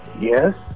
Yes